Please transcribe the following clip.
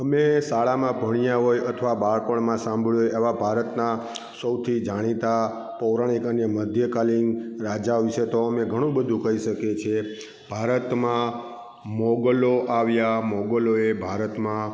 અમે શાળામાં ભણ્યા હોય અથવા બાળપણમાં સાંભળ્યું હોય એવા ભારતનાં સૌથી જાણીતા પૌરાણિક અને મધ્યકાલીન રાજાઓ વિષે તો અમે ઘણું બધું કહી શકીએ છીએ ભારતમાં મોગલો આવ્યા મોગલોએ ભારતમાં